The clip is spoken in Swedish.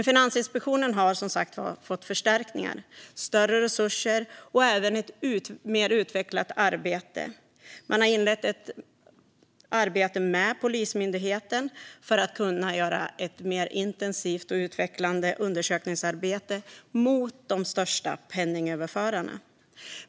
Finansinspektionen har fått förstärkningar och större resurser, och arbetet har utvecklats. Man har inlett ett samarbete med Polismyndigheten för att göra ett mer intensivt och utvecklande undersökningsarbete mot de största penningöverförarna.